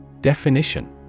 Definition